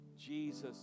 Jesus